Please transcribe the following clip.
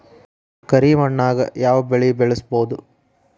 ಕರಿ ಮಣ್ಣಾಗ್ ಯಾವ್ ಬೆಳಿ ಬೆಳ್ಸಬೋದು?